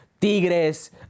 Tigres